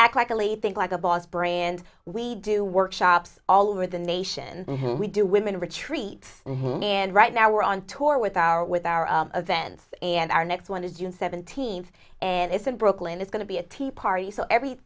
act like a lady think like a boss brand we do workshops all over the nation we do women retreat and home and right now we're on tour with our with our events and our next one is june seventeenth and it's in brooklyn it's going to be a tea party so every